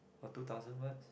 or two thousand words